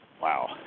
Wow